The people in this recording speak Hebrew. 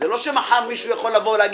זה לא שמחר מישהו יכול להגיד,